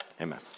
Amen